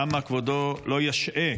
למה כבודו לא ישעה,